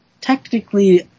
technically